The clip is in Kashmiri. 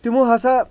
تِمو ہسا